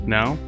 Now